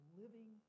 living